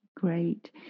Great